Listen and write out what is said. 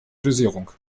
dosierung